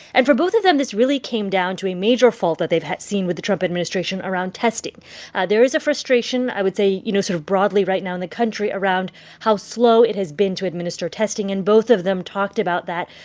and for both of them, this really came down to a major fault that they've seen with the trump administration around testing there is a frustration, i would say, you know, sort of broadly right now in the country around how slow it has been to administer testing, and both of them talked about that.